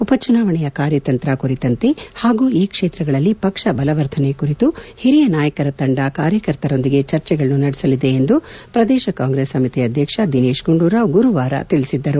ಉಪಚುನಾವಣೆಯ ಕಾರ್ಯತಂತ್ರ ಕುರಿತಂತೆ ಪಾಗೂ ಈ ಕ್ಷೇತ್ರಗಳಲ್ಲಿ ಪಕ್ಷ ಬಲವರ್ಧನೆ ಕುರಿತು ಓರಿಯ ನಾಯಕರ ತಂಡ ಕಾರ್ಯಕರ್ತರೊಂದಿಗೆ ಚರ್ಚೆಗಳನ್ನು ನಡೆಸಲಿದೆ ಎಂದು ಪ್ರದೇಶ ಕಾಂಗ್ರೆಸ್ ಸಮಿತಿ ಅಧ್ಯಕ್ಷ ದಿನೇಶ್ ಗುಂಡೂರಾವ್ ಗುರುವಾರ ತಿಳಿಸಿದ್ದರು